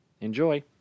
Enjoy